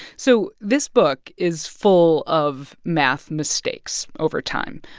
so this book is full of math mistakes over time.